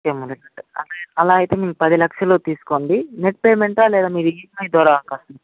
okay Murali గారు అలా అయితే పది లక్షల్లో తీసుకోండి నెట్ పేమెంటా లేదా మీది ఈఎంఐ ద్వారా కడతారా